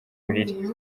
buriri